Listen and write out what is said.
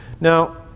Now